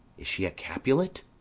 is she a capulet?